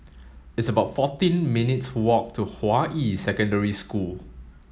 it's about fourteen minutes' walk to Hua Yi Secondary School